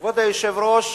כבוד היושב-ראש,